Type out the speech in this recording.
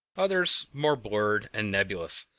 others more blurred and nebulous,